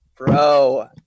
Bro